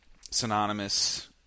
synonymous